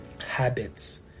habits